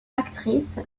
actrice